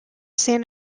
san